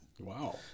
Wow